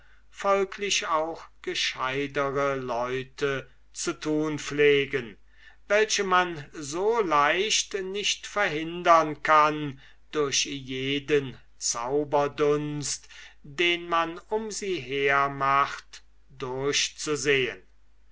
folglich auch gescheutere leute zu tun pflegen als welche man so leicht nicht verhindern kann durch jeden zauberdunst den man um sie her macht durchzusehen